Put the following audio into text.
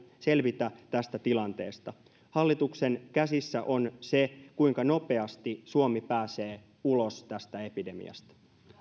selvitä tästä tilanteesta hallituksen käsissä on se kuinka nopeasti suomi pääsee ulos tästä epidemiasta